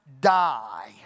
die